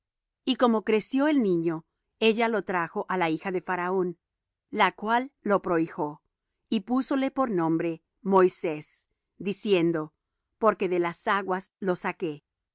y como creció el niño ella lo trajo á la hija de faraón la cual lo prohijó y púsole por nombre moisés diciendo porque de las aguas lo saqué